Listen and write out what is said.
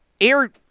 air